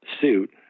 suit